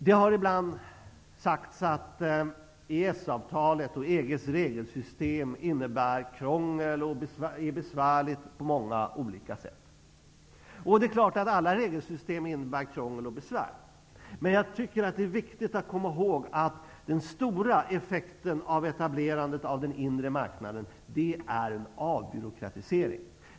Det har ibland sagts att EES-avtalet och EG:s regelsystem är krångligt och besvärligt på många sätt. Alla regelsystem innebär ju krångel och besvär. Men jag tycker att det är viktigt att komma ihåg att den stora effekten av inrättandet av den inre marknaden är en avbyråkratisering.